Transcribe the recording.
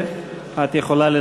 אני קובע כי